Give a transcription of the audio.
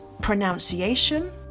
pronunciation